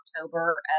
October